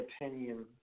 opinion